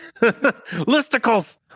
listicles